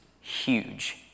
huge